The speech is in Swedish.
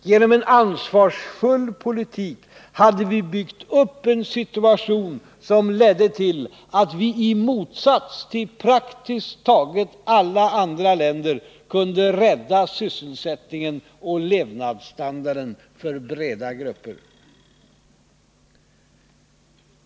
Genom en ansvarsfull politik hade vi byggt upp en situation som ledde till att vi i motsats till praktiskt taget alla andra länder kunde rädda :sysselsättningen och levnadsstandarden för breda grupper.